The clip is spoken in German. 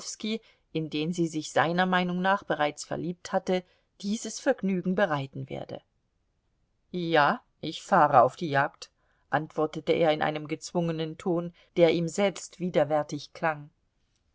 in den sie sich seiner meinung nach bereits verliebt hatte dieses vergnügen bereiten werde ja ich fahre auf die jagd antwortete er in einem gezwungenen ton der ihm selbst widerwärtig klang